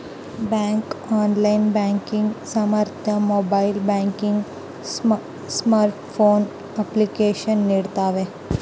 bank online banking ಸಾಮರ್ಥ್ಯ mobile banking smartphone application ನೀಡ್ತವೆ